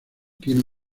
tiene